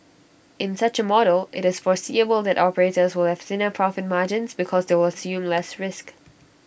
in such A model IT is foreseeable that operators will have thinner profit margins because they will assume less risk